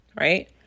right